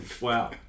Wow